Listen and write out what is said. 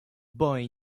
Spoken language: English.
boy